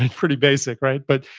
and pretty basic, right? but,